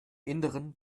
innern